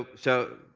ah so,